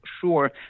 sure